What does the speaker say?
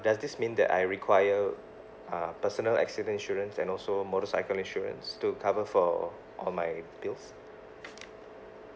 does this mean that I require uh personal accident insurance and also motorcycle insurance to cover for all my bills